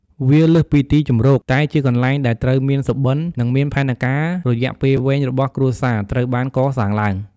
វាលើសពីទីជម្រក តែជាកន្លែងដែលត្រូវមានសុបិន និងមានផែនការរយៈពេលវែងរបស់គ្រួសារ ត្រូវបានកសាងឡើង។